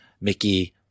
Mickey